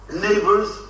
neighbors